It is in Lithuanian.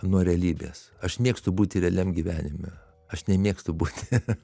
nuo realybės aš mėgstu būti realiam gyvenime aš nemėgstu būti